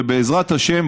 ובעזרת השם,